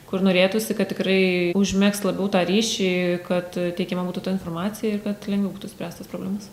kur norėtųsi kad tikrai užmegzt labiau tą ryšį kad teikiama būtų ta informacija ir kad lengviau būtų spręst tas problemas